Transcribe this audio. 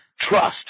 trust